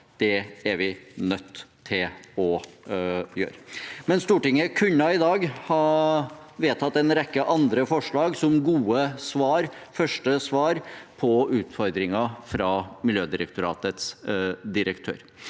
at vi er nødt til å gjøre. Stortinget kunne i dag ha vedtatt en rekke andre forslag som gode svar, som første svar, på utfordringen fra Miljødirektoratets direktør.